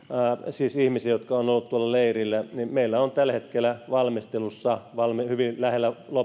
siis ihmisiä jotka ovat olleet tuolla leirillä meillä on tällä hetkellä valmistelussa hyvin lähellä